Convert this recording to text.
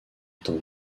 temps